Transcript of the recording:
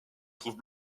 trouve